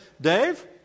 Dave